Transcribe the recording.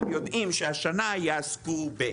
הם יודעים שהשנה יעסקו ב...